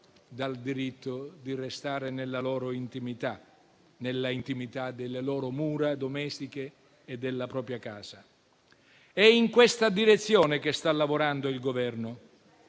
del diritto di restare nella intimità delle loro mura domestiche e della propria casa. È in questa direzione che sta lavorando il Governo